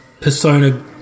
Persona